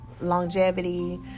longevity